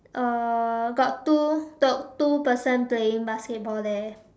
uh got two got two person playing basketball there